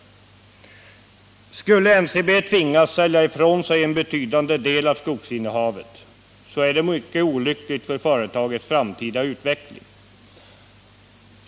Skulle NCB tvingas sälja ifrån sig en betydande del av skogsinnehavet, är det mycket olyckligt för företagets framtida utveckling.